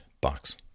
box